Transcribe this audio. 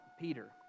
Peter